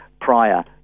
prior